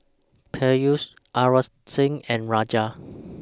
Peyush Aurangzeb and Raja